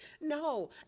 No